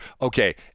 Okay